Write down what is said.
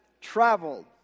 traveled